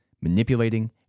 manipulating